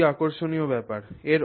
এটি খুবই আকর্ষণীয় ব্যাপার